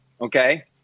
Okay